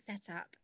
setup